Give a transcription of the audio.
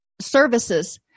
services